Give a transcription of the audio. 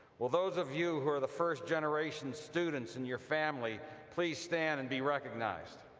will those of you who are the first generation students in your family please stand and be recognized.